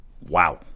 Wow